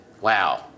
Wow